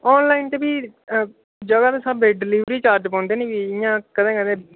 online दे फ्ही जगह दे स्हाबें डिलीवरी चार्जेस पोंदे न फ्ही इयां कदें कदें